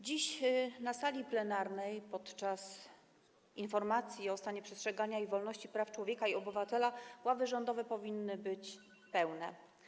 Dziś na sali plenarnej, podczas przedstawiania informacji o stanie przestrzegania wolności i praw człowieka i obywatela, ławy rządowe powinny być pełne.